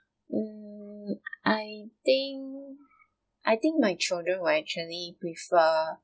mm I think I think my children would actually prefer